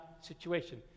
situation